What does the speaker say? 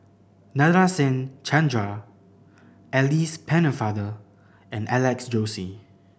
Nadasen Chandra Alice Pennefather and Alex Josey